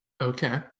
Okay